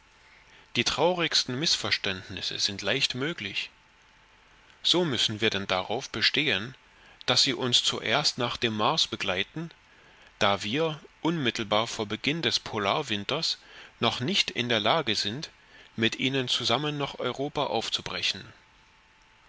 die traurigsten mißverständnisse sind leicht möglich so müssen wir denn darauf bestehen daß sie uns zuerst nach dem mars begleiten da wir unmittelbar vor beginn des polarwinters noch nicht in der lage sind mit ihnen zusammen nach europa aufzubrechen